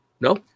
No